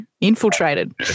infiltrated